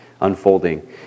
unfolding